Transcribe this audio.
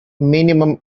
minimum